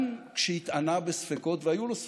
גם כשהתענה בספקות, והיו לו ספקות,